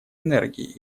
энергии